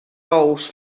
ous